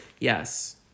Yes